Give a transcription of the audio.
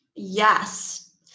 Yes